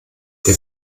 der